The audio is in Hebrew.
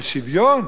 על שוויון?